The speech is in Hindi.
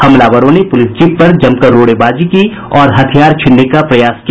हमलावरों ने पूलिस जीप पर जमकर रोड़ेबाजी की और हथियार छीनने का प्रयास किया